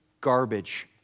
Garbage